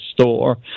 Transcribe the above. store